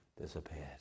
disappeared